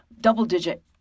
double-digit